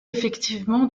effectivement